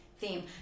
theme